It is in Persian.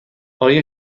آیا